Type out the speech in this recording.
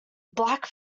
black